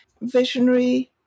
visionary